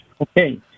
okay